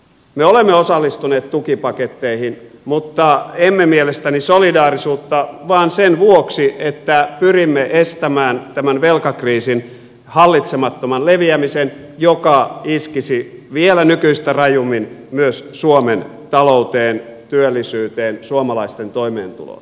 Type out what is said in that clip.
me olemme osallistuneet tukipaketteihin mutta emme mielestäni solidaarisuutta vaan sen vuoksi että pyrimme estämään tämän velkakriisin hallitsemattoman leviämisen joka iskisi vielä nykyistä rajummin myös suomen talouteen työllisyyteen suomalaisten toimeentuloon